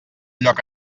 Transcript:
lloc